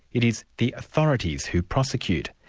it is the authorities who prosecute.